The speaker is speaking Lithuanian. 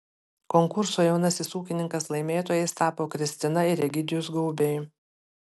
konkurso jaunasis ūkininkas laimėtojais tapo kristina ir egidijus gaubiai